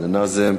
לנאזם.